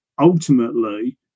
ultimately